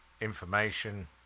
information